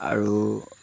আৰু